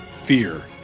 Fear